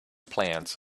plans